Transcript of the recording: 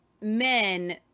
men